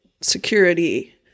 security